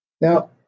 Now